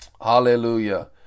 Hallelujah